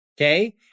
Okay